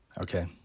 Okay